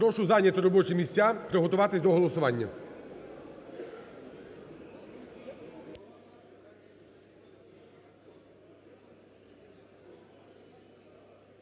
Прошу зайняти робочі місця і приготуватись до голосування.